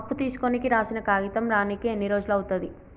అప్పు తీసుకోనికి రాసిన కాగితం రానీకి ఎన్ని రోజులు అవుతది?